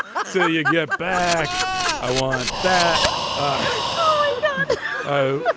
um so you get back i wanted that i